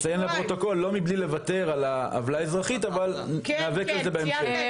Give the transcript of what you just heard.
לא מבלי לוותר על העוולה האזרחית אבל ניאבק על זה בהמשך.